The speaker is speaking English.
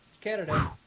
Canada